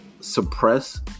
suppress